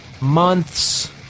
month's